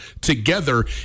together